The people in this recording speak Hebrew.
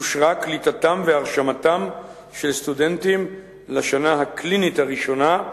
אושרה קליטתם והרשמתם של סטודנטים לשנה הקלינית הראשונה,